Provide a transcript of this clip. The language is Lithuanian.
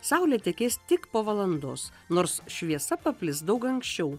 saulė tekės tik po valandos nors šviesa paplis daug anksčiau